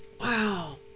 Wow